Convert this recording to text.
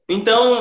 Então